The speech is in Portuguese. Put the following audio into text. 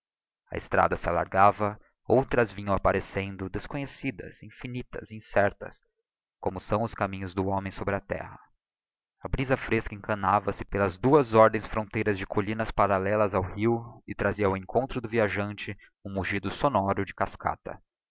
a estrada se alargava outras vinham apparecendo desconhecidas infinitas e incertas como são os caminhos do homem sobre a terra a brisa fresca encanava se pelas duas ordens fronteiras de collinas parallelas ao rio e trazia ao encontro do viajante um mugido sonoro de cascata